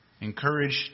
encouraged